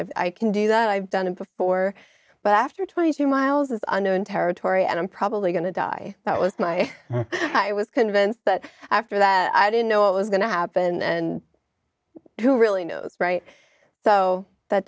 i can do that i've done it before but after twenty two miles is unknown territory and i'm probably going to die that was my i was convinced but after that i didn't know it was going to happen and who really knows right so that